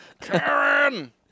Karen